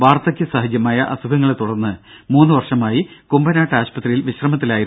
വാർധക്യ സഹജമായ അസുഖങ്ങളെത്തുടർന്ന് മൂന്ന് വർഷമായി കുമ്പനാട്ടെ ആശുപത്രിയിൽ വിശ്രമത്തിലായിരുന്നു